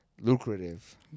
Lucrative